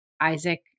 Isaac